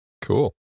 Cool